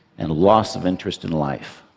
and a loss of interest in life.